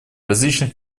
различных